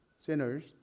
sinners